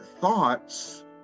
thoughts